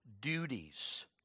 duties